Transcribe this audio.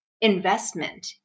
investment